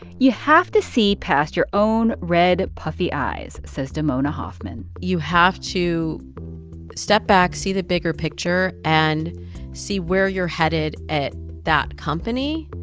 you have to see past your own red, puffy eyes, says damona hoffman you have to step back, see the bigger picture and see where you're headed at that company.